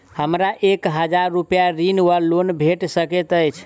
हमरा एक हजार रूपया ऋण वा लोन भेट सकैत अछि?